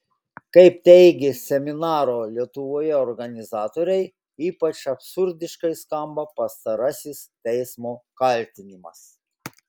kaip teigė seminaro lietuvoje organizatoriai ypač absurdiškai skamba pastarasis teismo kaltinimas